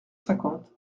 cinquante